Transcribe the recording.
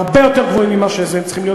הרבה יותר גבוהים ממה שהם צריכים להיות,